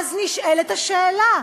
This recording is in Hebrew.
ואז נשאלת השאלה: